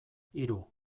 hiru